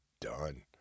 done